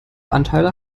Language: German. anteile